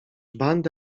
bandy